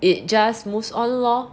it just moves on lor